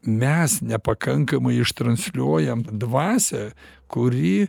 mes nepakankamai ištransliuojam dvasią kuri